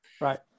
Right